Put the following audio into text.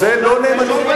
זה לא נאמנות.